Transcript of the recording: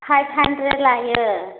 five hundred लायो